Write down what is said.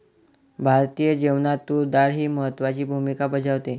भारतीय जेवणात तूर डाळ ही महत्त्वाची भूमिका बजावते